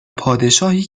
پادشاهی